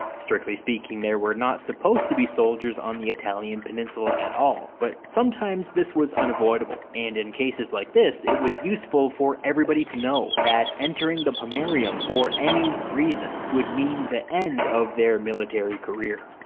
strictly speaking there were not supposed to be soldiers on the italian peninsula at all, but sometimes this was unavoidable, and in cases like this it was useful for everybody to know that entering the pomerium for any reason would mean the end of their military career.